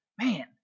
man